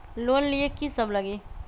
Loan लिए की सब लगी?